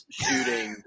shooting